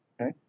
Okay